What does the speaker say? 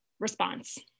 response